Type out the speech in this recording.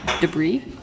debris